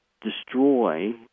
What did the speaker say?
destroy